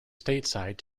stateside